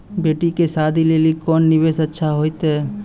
बेटी के शादी लेली कोंन निवेश अच्छा होइतै?